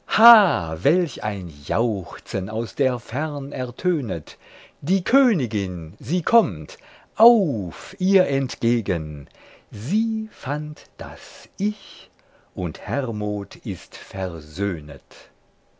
welch ein jauchzen aus der fern ertönet die königin sie kommt auf ihr entgegen sie fand das ich und hermod ist